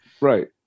Right